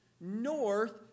north